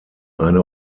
eine